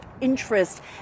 interest